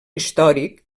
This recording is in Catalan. històric